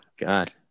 god